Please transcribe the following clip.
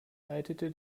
leitete